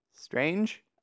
strange